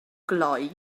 glou